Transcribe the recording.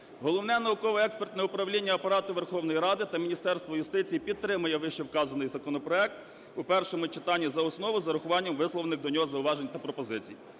Головне науково-експертне управління Апарату Верховної Ради України та Міністерство юстиції підтримує вищевказаний законопроект в першому читанні за основу з врахуванням висловлених до нього зауважень та пропозицій.